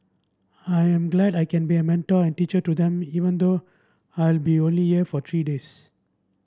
I am glad I can be a mentor and teacher to them even though I'll be only year for three days